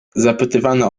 zapytywana